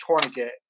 tourniquet